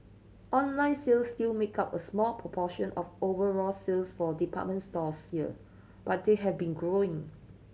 online sales still make up a small proportion of overall sales for department stores here but they have been growing